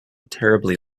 terribly